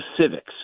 civics